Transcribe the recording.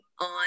on